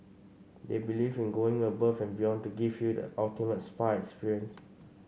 they believe in going above and beyond to give you the ultimate spa experience